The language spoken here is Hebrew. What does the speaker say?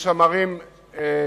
יש שם ערים ויישובים